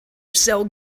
cell